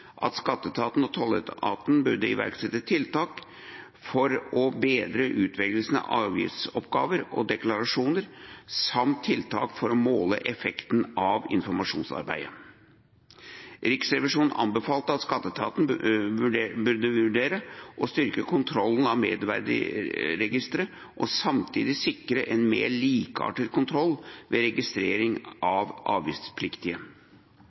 at skatteetaten og tolletaten burde iverksette tiltak for å bedre utvelgelsen av avgiftsoppgaver og deklarasjoner, samt tiltak for å måle effekten av informasjonsarbeidet. Riksrevisjonen anbefalte at skatteetaten burde vurdere å styrke kontrollen av merverdiavgiftsregisteret og samtidig sikre en mer likeartet kontroll ved registrering av avgiftspliktige.